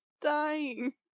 dying